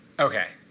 ok.